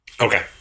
Okay